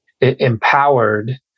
empowered